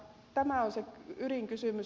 tämä on se ydinkysymys